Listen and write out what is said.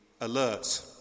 alert